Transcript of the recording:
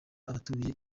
abatuye